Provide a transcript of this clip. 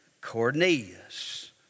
Cornelius